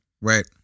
Right